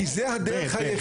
כי זו הדרך היחידה.